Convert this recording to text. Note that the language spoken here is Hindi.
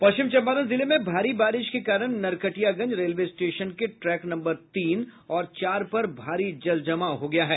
पश्चिम चंपारण जिले में भारी बारिश के कारण नरकटियागंज रेलवे स्टेशन के ट्रैक नम्बर तीन और चार पर भारी जल जमाव हो गया है